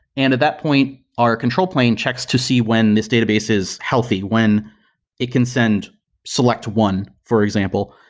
and at that point our control plane checks to see when this database is healthy, when a consent select one, for example,